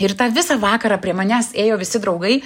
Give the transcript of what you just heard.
ir tą visą vakarą prie manęs ėjo visi draugai